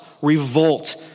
revolt